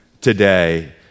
today